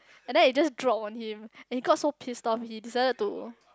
and then it just drop on him and he got so pissed off he decided to